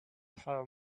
have